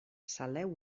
saleu